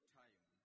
time